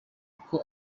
uko